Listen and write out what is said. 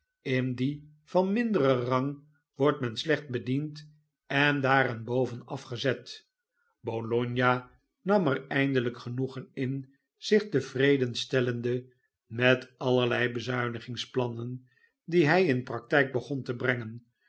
in die van minderen rang wordt men slecht bediend en daarenboven afgezet bologna nam er eindelijk genoegen in zich tevreden stellende met allerlei bezuinigingsplannen die hij in praktijk begon te brengen